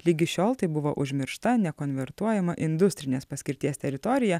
ligi šiol tai buvo užmiršta nekonvertuojama industrinės paskirties teritorija